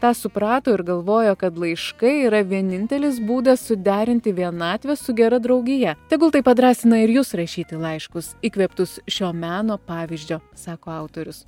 tą suprato ir galvojo kad laiškai yra vienintelis būdas suderinti vienatvę su gera draugija tegul tai padrąsina ir jus rašyti laiškus įkvėptus šio meno pavyzdžio sako autorius